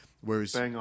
Whereas